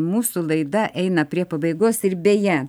mūsų laida eina prie pabaigos ir beje